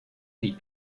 sie